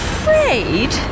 Afraid